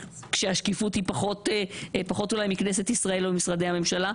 כשהשקיפות היא פחות אולי מכנסת ישראל או משרדי הממשלה,